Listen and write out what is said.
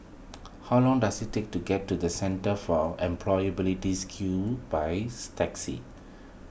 how long does it take to get to the Centre for Employability Skills taxi